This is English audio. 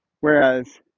whereas